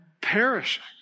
perishing